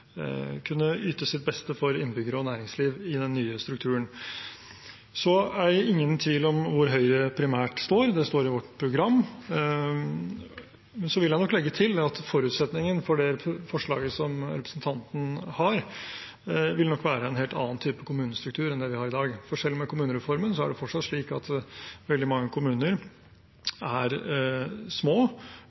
kunne yte sitt beste for innbyggere og næringsliv i den nye strukturen. Så er det ingen tvil om hvor Høyre primært står, det står i vårt program. Og så vil jeg legge til at forutsetningene for det forslaget som representanten har, vil nok være en helt annen type kommunestruktur enn det vi har i dag. For selv med kommunereformen er det fortsatt slik at veldig mange kommuner er små,